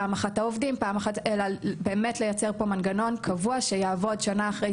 פעם אחת העובדים אלא באמת לייצר פה מנגנון קבוע שיעבוד שנה אחרי